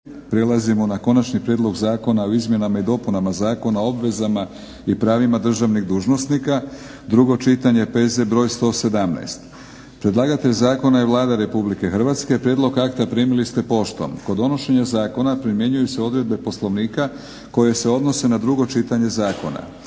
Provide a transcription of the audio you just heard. Prelazimo na: - Konačni prijedlog zakona o izmjenama i dopunama Zakona o obvezama i pravima državnih dužnosnika, drugo čitanje, PZ br. 117 Predlagatelj zakona je Vlada RH. Prijedlog akta primili ste poštom. kod donošenja zakona primjenjuju se odredbe Poslovnika koje se odnose na drugo čitanje zakona.